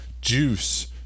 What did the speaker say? Juice